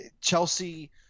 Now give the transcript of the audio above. Chelsea